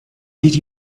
did